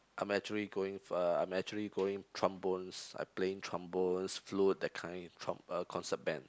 I'm actually going uh I'm actually going trombones I'm playing trombones flute that kind trum~ uh concert band